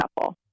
couple